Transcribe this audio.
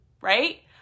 right